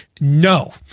no